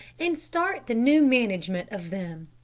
and start the new management of them.